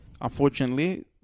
Unfortunately